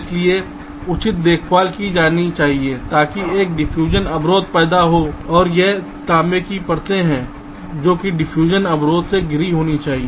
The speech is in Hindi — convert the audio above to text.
इसलिए उचित देखभाल की जानी चाहिए ताकि एक डिफ्यूजन अवरोध पैदा हो और यह तांबे की परतें हैं जो कि डिफ्यूजन अवरोध से घिरी होनी चाहिए